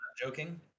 joking